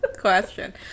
question